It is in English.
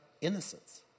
innocence